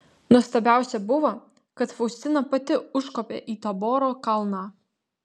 nuostabiausia buvo kad faustina pati užkopė į taboro kalną